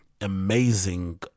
amazing